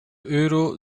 euro